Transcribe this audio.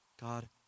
God